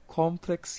complex